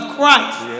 Christ